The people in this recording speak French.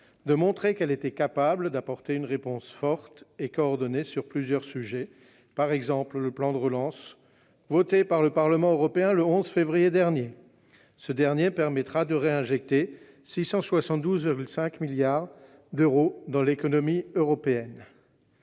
de montrer qu'elle était capable d'apporter une réponse forte et coordonnée sur plusieurs sujets, par exemple le plan de relance voté par le Parlement européen le 11 février dernier. Ce dernier permettra de réinjecter 672,5 milliards d'euros dans l'économie européenne.